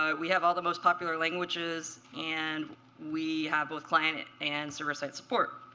ah we have all the most popular languages, and we have both client and server side support.